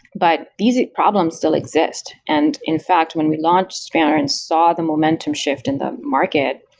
but these problems still exist. and, in fact, when we launched spanner and saw the momentum shift in the market